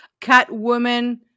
Catwoman